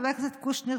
חבר הכנסת קושניר,